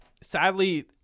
Sadly